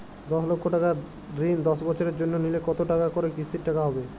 দশ লক্ষ টাকার ঋণ দশ বছরের জন্য নিলে কতো টাকা করে কিস্তির টাকা হবে?